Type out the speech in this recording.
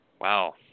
Wow